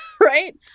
right